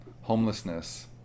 homelessness